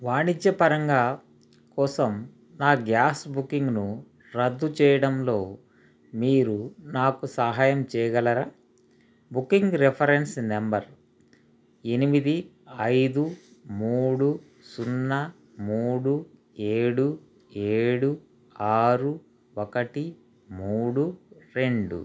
వాణిజ్యపరంగా కోసం నా గ్యాస్ బుకింగ్ను రద్దు చేయడంలో మీరు నాకు సహాయం చేయగలరా బుకింగ్ రిఫరెన్స్ నంబర్ ఎనిమిది ఐదు మూడు సున్నా మూడు ఏడు ఏడు ఆరు ఒకటి మూడు రెండు